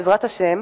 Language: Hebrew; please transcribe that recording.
בעזרת השם,